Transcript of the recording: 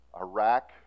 Iraq